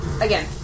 Again